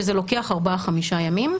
שזה לוקח ארבעה-חמישה ימים.